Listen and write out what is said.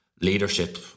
leadership